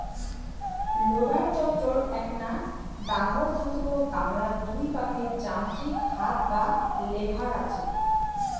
loader যন্ত্রর এ্যাকনা ডাঙর ধাতব গামলার দুই পাকে যান্ত্রিক হাত বা লেভার আচে